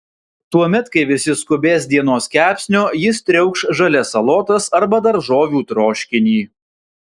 tuomet kai visi skubės dienos kepsnio jis triaukš žalias salotas arba daržovių troškinį